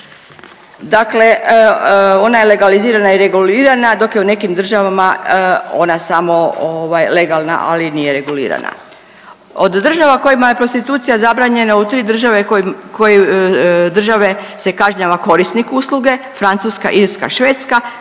Dakle, ona je legalizirana i regulirana dok je u nekim državama ona ovaj samo legalna ali nije regulirana. Od država kojima je prostitucija zabranjena u 3 države koje države se kažnjava korisnik usluge Francuska, Irska, Švedska